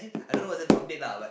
I don't know whether top date lah but